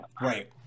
Right